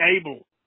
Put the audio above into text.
able